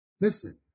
Listen